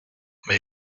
mais